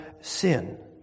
sin